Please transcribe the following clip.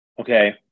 Okay